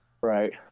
Right